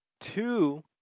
two